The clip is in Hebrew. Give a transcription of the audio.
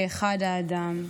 כאחד האדם".